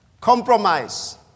compromise